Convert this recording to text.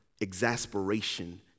exasperation